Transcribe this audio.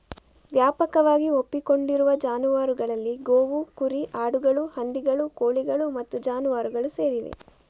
ವ್ಯಾಪಕವಾಗಿ ಒಪ್ಪಿಕೊಂಡಿರುವ ಜಾನುವಾರುಗಳಲ್ಲಿ ಗೋವು, ಕುರಿ, ಆಡುಗಳು, ಹಂದಿಗಳು, ಕೋಳಿಗಳು ಮತ್ತು ಜಾನುವಾರುಗಳು ಸೇರಿವೆ